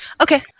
Okay